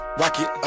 rocket